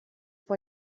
vor